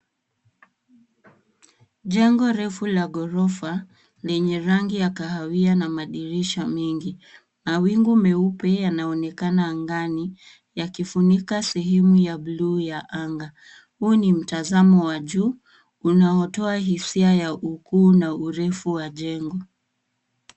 Jengo refu la ghorofa lenye rangi ya kahawia na madirisha mengi. Mwingu meupe yanaonekana angani yakifunika sehemu ya buluu ya anga. Huu ni mtazamo wa juu unaotoa hisia ya ukuu na urefu wa jengo.